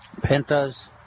Pentas